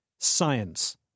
Science